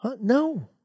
No